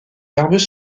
nerveux